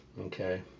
Okay